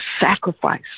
sacrifice